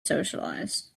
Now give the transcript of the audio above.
socialize